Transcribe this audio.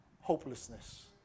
hopelessness